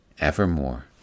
evermore